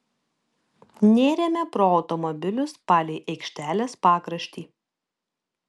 nėrėme pro automobilius palei aikštelės pakraštį